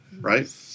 right